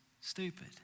stupid